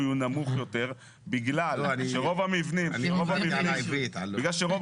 הוא נמוך יותר בגלל שרוב המבנים לא מאושרים.